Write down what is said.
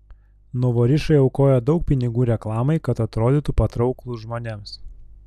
nuvorišai aukoja daug pinigų reklamai kad atrodytų patrauklūs žmonėms